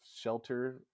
shelter